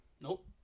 Nope